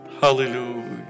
Hallelujah